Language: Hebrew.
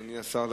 אדוני השר,